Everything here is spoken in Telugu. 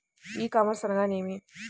ఈ కామర్స్ అనగా నేమి?